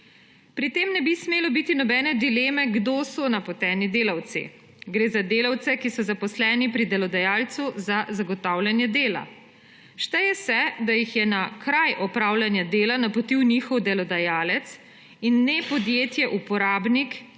Pri tem ne bi smelo biti nobene dileme, kdo so napoteni delavci. Gre za delavce, ki so zaposleni pri delodajalcu za zagotavljanje dela. Šteje se, da jih je na kraj opravljanja dela napotil njihov delodajalec in ne podjetje uporabnik,